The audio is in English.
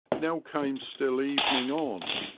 now came still evening on,